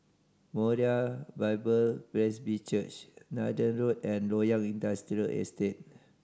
Moriah Bible Presby Church Nathan Road and Loyang Industrial Estate